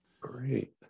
great